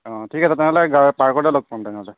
অঁ ঠিক আছে তেনেহ'লে পাৰ্কতে লগ পাম তেনেহ'লে